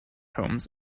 homes